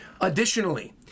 Additionally